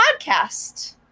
podcast